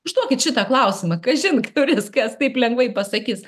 užduokit šitą klausimą kažin kuris kas taip lengvai pasakys